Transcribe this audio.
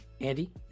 Andy